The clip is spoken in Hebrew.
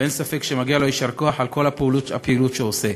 ואין ספק שמגיע לו יישר כוח על כל הפעילות שהוא עושה,